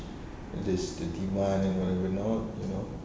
there's the demand and whatever not you know